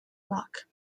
lock